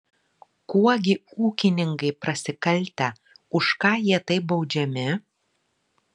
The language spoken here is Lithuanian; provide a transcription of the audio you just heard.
kuo gi ūkininkai prasikaltę už ką jie taip baudžiami